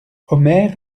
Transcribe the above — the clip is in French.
omer